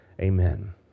amen